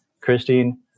Christine